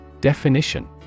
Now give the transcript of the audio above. Definition